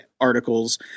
articles